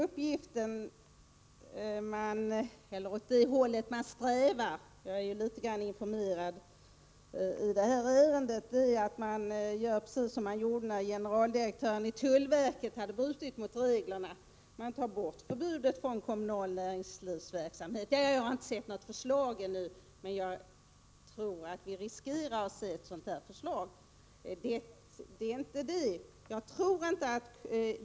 Herr talman! Jag är något informerad i denna sak och vet att man strävar åt samma håll som man gjorde när generaldirektören i tullverket hade brutit mot reglerna; man tar bort förbudet mot kommunal näringslivsverksamhet. Jag har i detta avseende ännu inte sett något förslag, men jag tror att vi riskerar att få ett förslag som går i den riktningen.